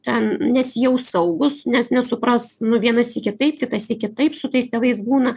ten nesijaus saugūs nes nesupras nu vieną sykį taip kitąsyk kitaip su tais tėvais būna